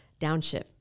downshift